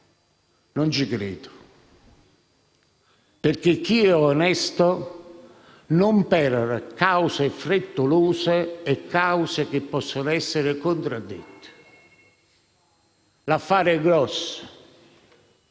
non ci credo, perché chi è onesto non perora cause frettolose o cause che possono essere contraddette. L'affare è grosso